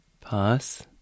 Pass